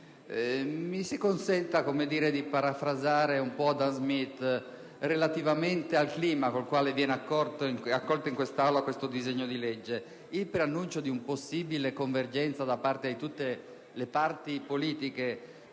Mi si consenta di parafrasare Adam Smith relativamente al clima con il quale viene accolto in quest'Aula il disegno di legge in esame. Il preannuncio di una possibile convergenza di tutte le parti politiche